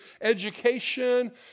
education